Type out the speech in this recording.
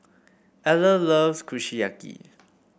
Eller loves Kushiyaki